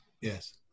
Yes